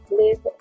live